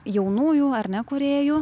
jaunųjų ar ne kūrėjų